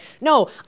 No